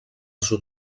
sud